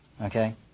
Okay